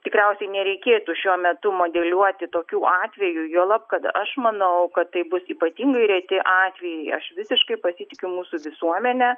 tikriausiai nereikėtų šiuo metu modeliuoti tokių atvejų juolab kad aš manau kad tai bus ypatingai reti atvejai aš visiškai pasitikiu mūsų visuomene